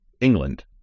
England